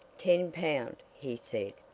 ten pound! he said.